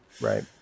Right